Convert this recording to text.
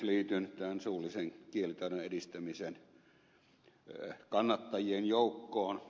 liityn tähän suullisen kielitaidon edistämisen kannattajien joukkoon